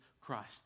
Christ